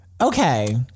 Okay